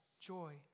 Joy